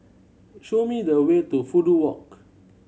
show me the way to Fudu Walk